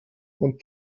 und